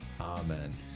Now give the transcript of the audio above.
Amen